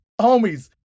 Homies